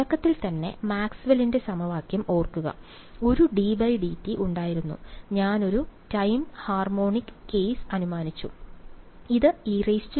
തുടക്കത്തിൽ തന്നെ മാക്സ്വെല്ലിന്റെ Maxwell's സമവാക്യം ഓർക്കുക ഒരു ddt ഉണ്ടായിരുന്നു ഞാൻ ഒരു ടൈം ഹാർമോണിക് കേസ് അനുമാനിച്ചു